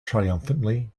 triumphantly